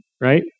right